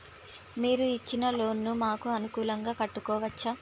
మీరు ఇచ్చిన లోన్ ను మాకు అనుకూలంగా కట్టుకోవచ్చా?